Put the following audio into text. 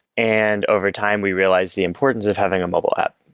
and over time we realized the importance of having a mobile app.